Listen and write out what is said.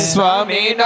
Swami